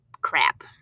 crap